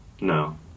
no